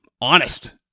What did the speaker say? honest